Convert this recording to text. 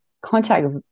contact